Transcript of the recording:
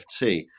FT